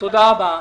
תודה רבה.